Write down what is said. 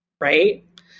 Right